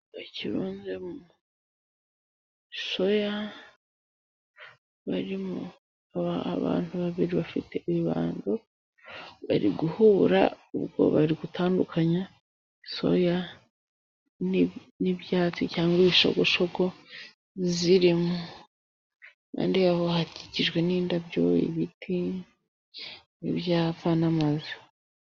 Umuco gakondo ni kimwe mu bintu abantu baba batagomba kwibagirwa, kuko bigaragaza aho igihugu cyahoze, cyangwa se ikagaragaza umuco wa kera uko byabaga bimeze, bagakwiye guharanira kuzirikana umuco gakondo.